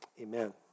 Amen